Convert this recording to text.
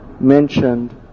mentioned